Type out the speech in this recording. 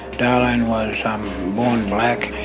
darlene was born black,